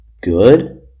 good